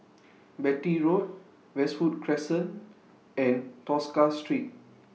Beatty Road Westwood Crescent and Tosca Street